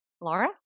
Laura